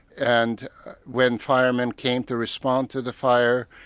and when firemen came to respond to the fire,